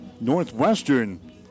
Northwestern